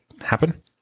happen